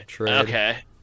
okay